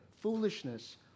foolishness